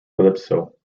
calypso